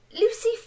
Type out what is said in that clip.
Lucy